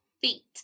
feet